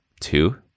two